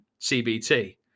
CBT